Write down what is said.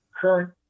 current